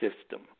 system